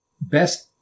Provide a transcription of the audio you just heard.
best